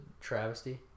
travesty